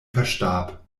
verstarb